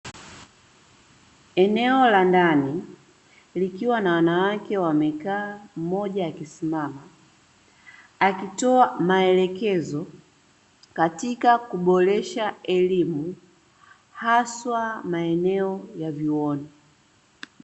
Eneo la ndani, likiwa na wanawake wamekaa, mmoja akisimama akitoa maelekezo katika kuboresha elimu, haswa maeneo ya vyuoni.